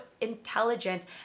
intelligent